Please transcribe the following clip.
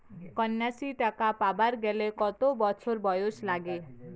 কন্যাশ্রী টাকা পাবার গেলে কতো বছর বয়স লাগে?